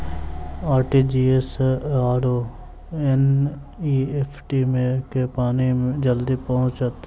RTGS आओर NEFT मे केँ मे पानि जल्दी पहुँचत